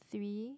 three